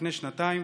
לפני שנתיים.